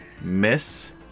Miss